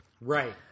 Right